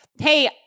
hey